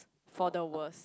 for the worse